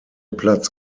platz